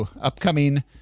upcoming